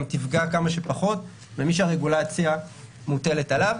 תפגע כמה שפחות במי שהרגולציה מוטלת עליו.